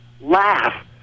Laugh